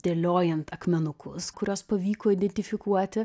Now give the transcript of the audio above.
dėliojant akmenukus kuriuos pavyko identifikuoti